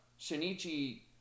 Shinichi